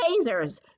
tasers